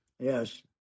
Yes